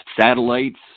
satellites